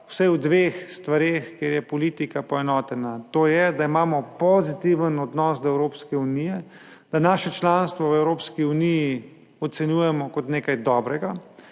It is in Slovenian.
vsaj o dveh stvareh, kjer je politika poenotena. To je, da imamo pozitiven odnos do Evropske unije, da naše članstvo v Evropski uniji ocenjujemo kot nekaj dobrega,